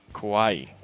Kauai